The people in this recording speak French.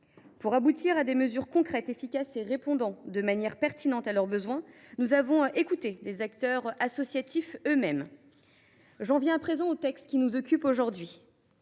Pour aboutir à des mesures concrètes, efficaces et répondant de manière pertinente à leurs besoins, nous avons en effet écouté les acteurs associatifs eux mêmes. J’en viens à présent au texte qui nous occupe aujourd’hui.